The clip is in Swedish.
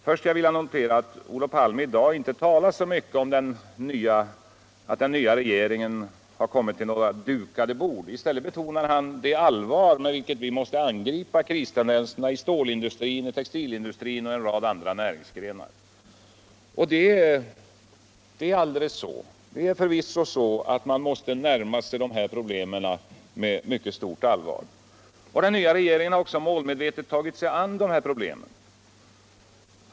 Först vill jag notera att Olof Palme i dag inte talar så mycket om att den nya regeringen har kommit till dukat bord. I stiället betonar han det allvar med vilket vi måste angripa kristendenserna i stålindustrin. textilindustrin och en rad andra näringsgrenar. Det är förvisso så att man måste närma sig dessa problem med mycket stort allvar. Den nya regeringen har också målmedvetet tagit sig an dem.